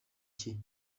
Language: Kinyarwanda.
cye